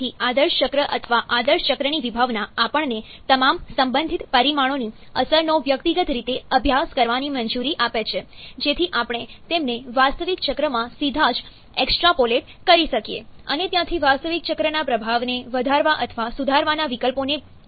તેથી આદર્શ ચક્ર અથવા આદર્શ ચક્રની વિભાવના આપણને તમામ સંબંધિત પરિમાણોની અસરનો વ્યક્તિગત રીતે અભ્યાસ કરવાની મંજૂરી આપે છે જેથી આપણે તેમને વાસ્તવિક ચક્રમાં સીધા જ એક્સ્ટ્રાપોલેટ કરી શકીએ અને ત્યાંથી વાસ્તવિક ચક્રના પ્રભાવને વધારવા અથવા સુધારવાના વિકલ્પોને ઓળખી શકીએ